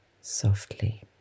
softly